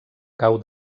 cau